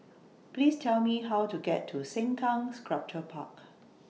Please Tell Me How to get to Sengkang Sculpture Park